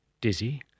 dizzy